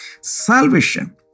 salvation